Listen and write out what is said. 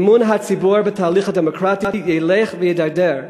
אמון הציבור בתהליך הדמוקרטי ילך ויידרדר.